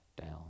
down